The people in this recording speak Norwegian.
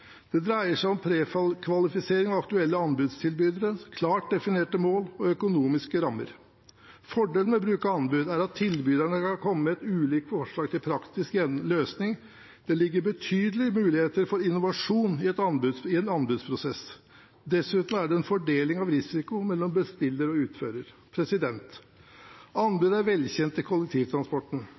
Det dreier seg om prekvalifisering av aktuelle anbudstilbydere, klart definerte mål og økonomiske rammer. Fordelen ved bruk av anbud er at tilbyderne kan komme med ulike forslag til praktisk løsning. Det ligger betydelige muligheter for innovasjon i en anbudsprosess. Dessuten er det en fordeling av risiko mellom bestiller og utfører. Anbud er velkjent i kollektivtransporten.